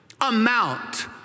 amount